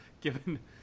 given